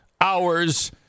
hours